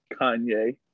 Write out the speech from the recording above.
Kanye